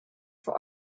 vor